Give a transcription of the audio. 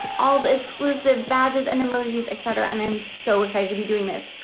all the exclusive badges, and emojis etc. and i'm so excited to be doing this